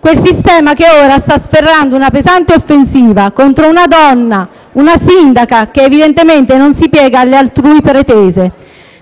quel sistema che ora sta sferrando una pesante offensiva contro una donna, una sindaca, che evidentemente non si piega alle altrui pretese.